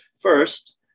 First